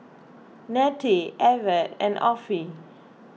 Nettie Evette and Offie